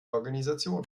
organisation